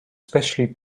specially